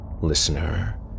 listener